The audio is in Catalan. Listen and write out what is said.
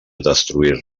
destruir